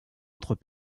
autres